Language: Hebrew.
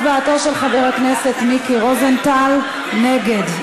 גם הצבעתו של חבר הכנסת מיקי רוזנטל, נגד.